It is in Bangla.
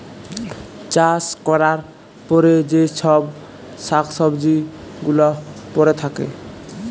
চাষ ক্যরার পরে যে চ্ছব শাক সবজি গুলা পরে থাক্যে